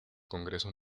congreso